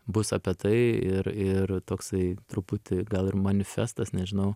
bus apie tai ir ir toksai truputį gal ir manifestas nežinau